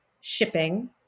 shipping